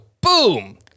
boom